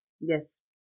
Yes